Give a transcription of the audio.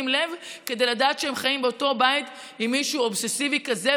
אליהם כדי לדעת שהיא חיה באותו בית עם מישהו אובססיבי כזה,